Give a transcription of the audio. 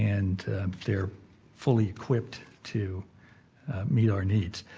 and they're fully equipped to meet our needs.